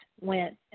went